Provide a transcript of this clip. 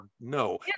no